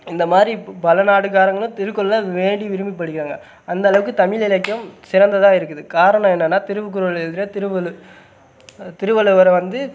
இந்தமாதிரி பல நாடுக்காரங்களும் திருக்குறளை வேண்டி விரும்பி படிக்கிறாங்க அந்தளவுக்கு தமிழ் இலக்கியம் சிறந்ததாக இருக்குது காரணம் என்னென்னால் திருக்குறள் எழுதுற திருவள்ளு திருவள்ளுவரை வந்து